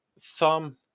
thumb